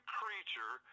creature